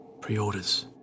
Pre-orders